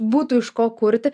būtų iš ko kurti